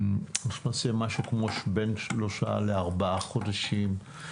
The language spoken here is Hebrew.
משהו כמו של בין שלושה לארבעה חודשים.